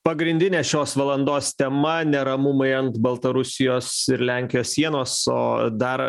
pagrindinė šios valandos tema neramumai ant baltarusijos ir lenkijos sienos o dar